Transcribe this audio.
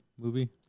movie